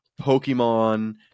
Pokemon